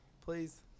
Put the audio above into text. please